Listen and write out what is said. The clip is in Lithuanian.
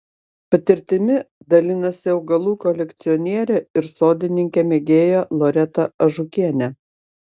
patirtimi dalinasi augalų kolekcionierė ir sodininkė mėgėja loreta ažukienė